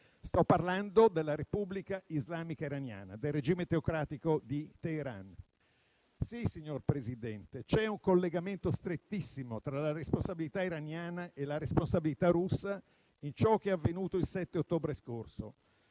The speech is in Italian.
sto parlando della Repubblica Islamica dell'Iran, del regime teocratico di Teheran. Sì, signor Presidente, c'è un collegamento strettissimo tra la responsabilità iraniana e la responsabilità russa in ciò che è avvenuto il 7 ottobre scorso.